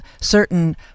certain